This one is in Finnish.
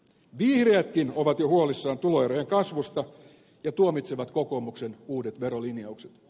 vihreätkin ovat jo huolissaan tuloerojen kasvusta ja tuomitsevat kokoomuksen uudet verolinjaukset